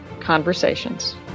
Conversations